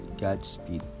Godspeed